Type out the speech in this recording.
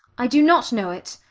i do not know it.